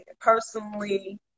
personally